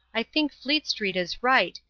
i think fleet street is right,